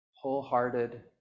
wholehearted